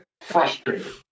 frustrated